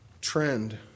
trend